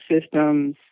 systems